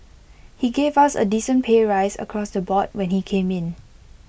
he gave us A decent pay rise across the board when he came in